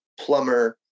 plumber